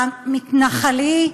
המתנחלי,